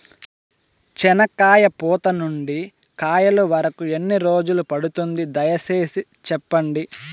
చెనక్కాయ పూత నుండి కాయల వరకు ఎన్ని రోజులు పడుతుంది? దయ సేసి చెప్పండి?